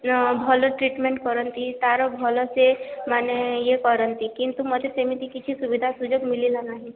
ଭଲ ଟ୍ରିଟ୍ମେଣ୍ଟ କରନ୍ତି ତା'ର ଭଲ ସେ ମାନେ ଇଏ କରନ୍ତି କିନ୍ତୁ ମୋତେ ସେମିତି କିଛି ସୁବିଧା ସୁଯୋଗ ମିଳିଲା ନାହିଁ